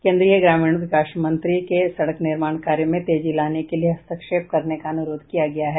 केन्द्रीय ग्रामीण विकास मंत्री से सड़क निर्माण कार्य में तेजी लाने के लिए हस्तक्षेप करने का अनुरोध किया गया है